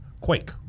Quake